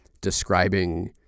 describing